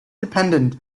dependent